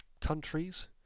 countries